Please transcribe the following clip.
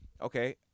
okay